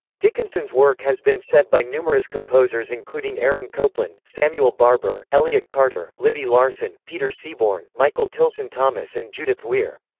dickinson's work has been set by numerous composers including aaron copland, samuel barber, elliot carter, libby larsen, peter seabourne, michael tilson thomas and judith weir.